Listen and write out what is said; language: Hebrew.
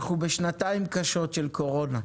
אנחנו בשנתיים קשות של קורונה.